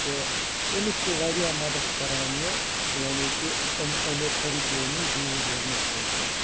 تہٕ أمِس چھِ واریاہ مدتھ کران یہِ یعنی کہِ یِم اَمیو تھٔرپِیَو نِش دوٗر روزنہٕ خٲطرٕ